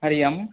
Hari Om